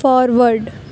forward